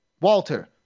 Walter